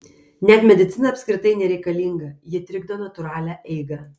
net medicina apskritai nereikalinga ji trikdo natūralią eigą